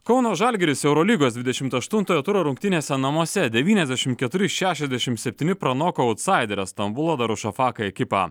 kauno žalgiris eurolygos dvidešimt aštuntojo turo rungtynėse namuose devyniasdešimt keturi šešiasdešimt septyni pranoko autsaiderę stambulo darušofaka ekipą